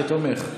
כתומך.